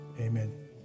Amen